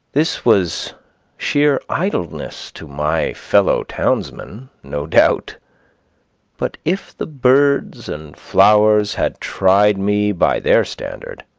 this was sheer idleness to my fellow-townsmen, no doubt but if the birds and flowers had tried me by their standard,